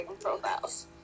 profiles